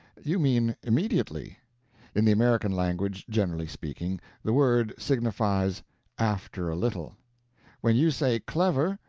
you mean immediately in the american language generally speaking the word signifies after a little when you say clever,